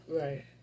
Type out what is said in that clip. Right